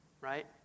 Right